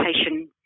education